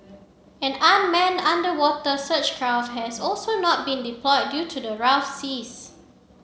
an unmanned underwater search craft has also not been deployed due to the rough seas